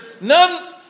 none